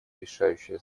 решающее